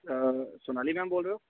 अ Sonali ma'am बोल रहे हो